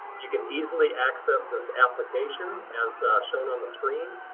you can easily access this application as shown on the screen,